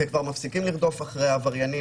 כי הם כבר מפסיקים לרדוף אחרי העבריינים,